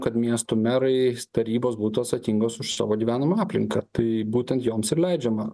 kad miestų merai tarybos būtų atsakingos už savo gyvenamą aplinką tai būtent joms ir leidžiama